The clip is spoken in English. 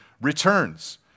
returns